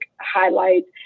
highlights